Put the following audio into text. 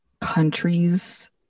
countries